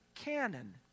Canon